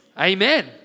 Amen